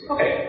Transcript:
Okay